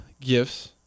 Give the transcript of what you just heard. gifts